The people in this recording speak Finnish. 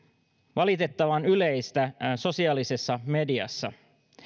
valitettavan yleistä sosiaalisessa mediassa